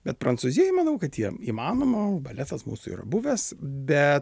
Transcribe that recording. bet prancūzijoj manau kad jiem įmanoma baletas mūsų yra buvęs bet